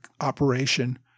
operation